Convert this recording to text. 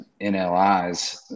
NLIs